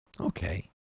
okay